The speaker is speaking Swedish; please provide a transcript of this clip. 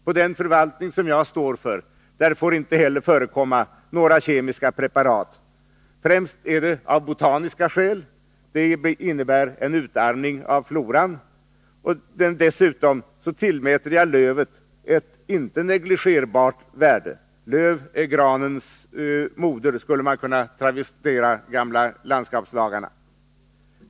På den förvaltning som jag står för får inte heller förekomma några kemiska preparat. Det är främst av botaniska skäl — det innebär en utarmning av floran. Dessutom tillmäter jag lövet ett inte negligerbart värde; löv är granens moder, skulle man kunna travestera de gamla landskapslagarna.